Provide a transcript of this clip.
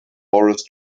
boris